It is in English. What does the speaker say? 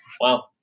Wow